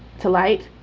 to light.